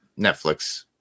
Netflix